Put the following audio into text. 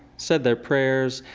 said their prayers,